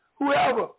Whoever